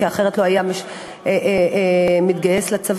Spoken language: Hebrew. כי אחרת הוא לא היה מתגייס לצבא,